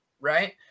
Right